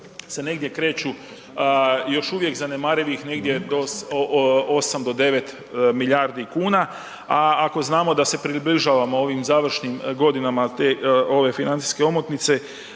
se negdje kreću još uvijek zanemarivih negdje do 8 do 9 milijardi kuna, a ako znamo da se približavamo ovim završnim godinama te ove financijske omotnice